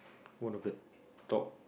one of the top